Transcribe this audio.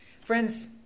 friends